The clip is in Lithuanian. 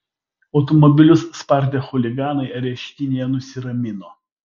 automobilius spardę chuliganai areštinėje nusiramino